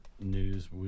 news